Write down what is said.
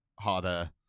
harder